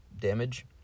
damage